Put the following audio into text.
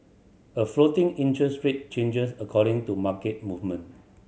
a floating interest rate changes according to market movement